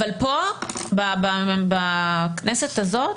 אבל פה, בכנסת הזאת,